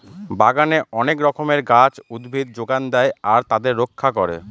বাগানে অনেক রকমের গাছ, উদ্ভিদ যোগান দেয় আর তাদের রক্ষা করে